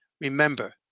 remember